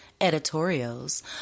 editorials